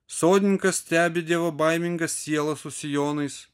sodininkas stebi dievobaimingas sielas su sijonais